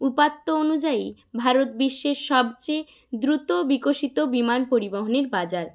উপাত্ত অনুযায়ী ভারত বিশ্বের সবচেয়ে দ্রুত বিকশিত বিমান পরিবহনের বাজার